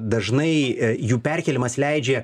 dažnai jų perkėlimas leidžia